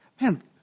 Man